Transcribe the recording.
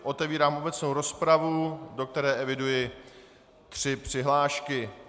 Otevírám obecnou rozpravu, do které eviduji tři přihlášky.